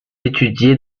étudiées